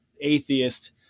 atheist